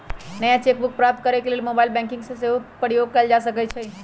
नया cheque book प्राप्त करेके लेल मोबाइल बैंकिंग के सेहो प्रयोग कएल जा सकइ छइ